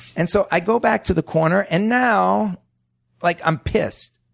and so i go back to the corner, and now like i'm pissed.